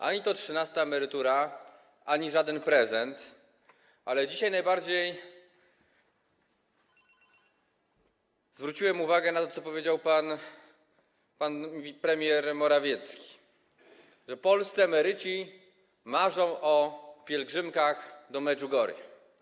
Ani to trzynasta emerytura, ani żaden prezent, ale dzisiaj najbardziej zwróciłem uwagę na to, co powiedział premier Morawiecki: że polscy emeryci marzą o pielgrzymkach do Medjugorje.